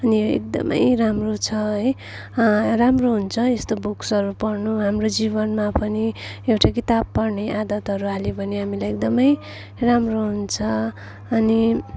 अनि यो एकदमै राम्रो छ है राम्रो हुन्छ यस्तो बुक्सहरू पढ्नु हाम्रो जीवनमा पनि एउटा किताब पढ्ने आदतहरू हाल्यौँ भने हामीलाई एकदमै राम्रो हुन्छ अनि